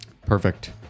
Perfect